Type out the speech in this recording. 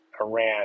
Iran